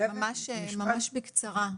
ממש ממש בקצרה.